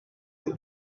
they